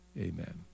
amen